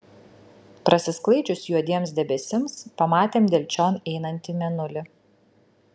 prasisklaidžius juodiems debesims pamatėm delčion einantį mėnulį